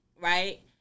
right